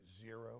zero